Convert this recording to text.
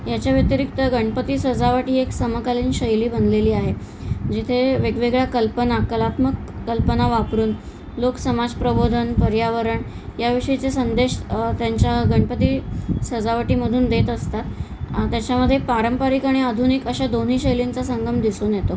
याच्या व्यतिरिक्त गणपती सजावट ही एक समकालीन शैली बनलेली आहे जिथे वेगवेगळ्या कल्पना कलात्मक कल्पना वापरून लोक समाजप्रबोधन पर्यावरण याविषयीचे संदेश त्यांच्या गणपती सजावटीमधून देत असतात त्याच्यामध्ये पारंपरिक आणि आधुनिक अशा दोन्ही शैलींचा संगम दिसून येतो